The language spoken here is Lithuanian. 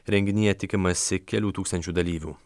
renginyje tikimasi kelių tūkstančių dalyvių